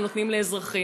הם נותנים לאזרחים.